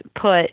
put